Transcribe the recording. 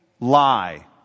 lie